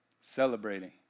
Celebrating